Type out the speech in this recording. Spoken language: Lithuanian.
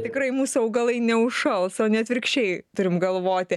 tikrai mūsų augalai neužšals o ne atvirkščiai turim galvoti